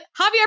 Javier